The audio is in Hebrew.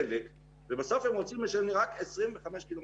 הוא חבר כנסת חדש ואני פה כבר שמונה שנים ואני מוכר כמי